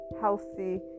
healthy